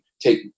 take